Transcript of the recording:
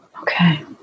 Okay